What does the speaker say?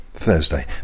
Thursday